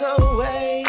away